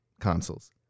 consoles